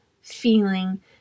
feeling